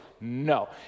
no